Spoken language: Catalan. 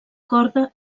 corda